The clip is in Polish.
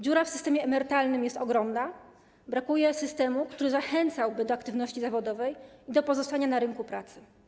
Dziura w systemie emerytalnym jest ogromna, brakuje systemu, który zachęcałby do aktywności zawodowej i do pozostania na rynku pracy.